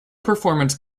performance